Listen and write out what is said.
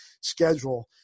schedule